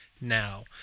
now